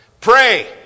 Pray